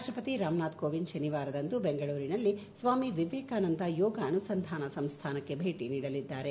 ರಾಷ್ಟ ಪತಿ ರಾಮನಾಥ್ ಕೋವಿಂದ್ ಶನಿವಾರದಂದು ಬೆಂಗಳೂರಿನಲ್ಲಿ ಸ್ವಾಮಿ ವಿವೇಕಾನಂದ ಯೋಗ ಅನುಸಂಧಾನ ಸಂಸ್ದಾನಕ್ಕೆ ಭೇಟಿ ನೀಡಲಿದ್ದಾರೆ